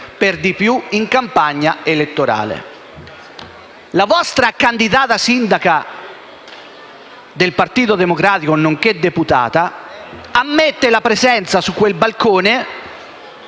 per di più in campagna elettorale». La vostra candidata sindaco nel Partito Democratico nonché deputata ammette la presenza su quel balcone